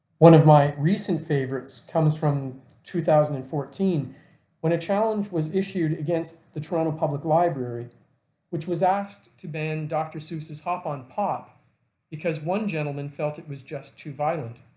one of my recent favorites comes from two thousand and fourteen when a challenge was issued against the toronto public library which was asked to ban dr. seuss's hop on pop because one gentleman felt it was just too violent.